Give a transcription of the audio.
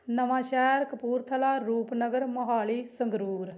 Nawanshahr Kapurthala Rupnagar Mohali Sangrur